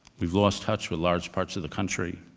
we've lost touch with large parts of the country.